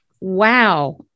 Wow